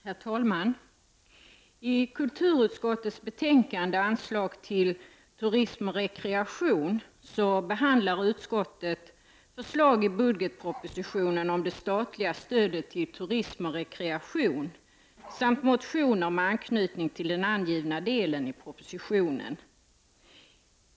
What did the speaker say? Herr talman! I kulturutskottets betänkande om anslag till turism och rekreation behandlar utskottet förslag i budgetpropositionen om det statliga stödet till turism och rekreation samt motioner med anknytning till den angivna delen i propositionen.